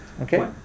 Okay